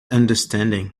understanding